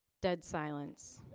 dead silence.